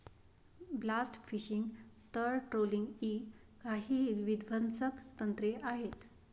blast fishing, तळ trawling इ काही विध्वंसक तंत्रे आहेत